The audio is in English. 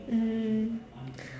mmhmm